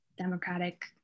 Democratic